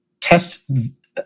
test